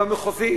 במחוזית,